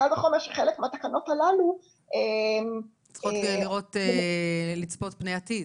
קל וחומר שחלק מהתקנות הללו --- צריכות לצפות פני עתיד.